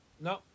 No